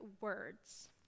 words